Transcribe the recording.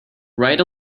right